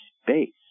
space